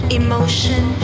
emotion